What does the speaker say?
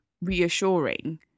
reassuring